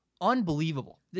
Unbelievable